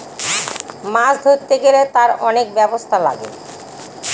মাছ ধরতে গেলে তার অনেক ব্যবস্থা লাগে